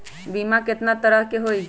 बीमा केतना तरह के होइ?